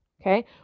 Okay